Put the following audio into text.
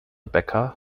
bäcker